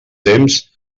temps